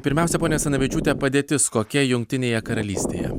pirmiausia ponia asanavičiūte padėtis kokia jungtinėje karalystėje